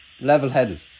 level-headed